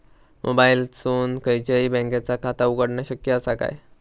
मोबाईलातसून खयच्याई बँकेचा खाता उघडणा शक्य असा काय?